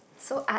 so art